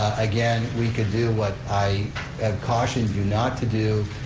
again, we could do what i cautioned you not to do,